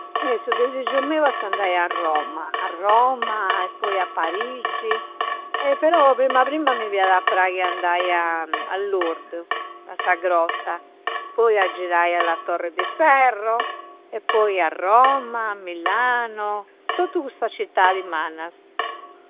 Eh! Su dissiggiu meu esti andai a Roma. A Roma, e poi a Parigi. E però prima, prima mi biada a praghi andai a Lourdes, a sa grotta. Poi a girrai a la torre di ferro e poi a Roma, Millano. Tottu custa cittadi mannas.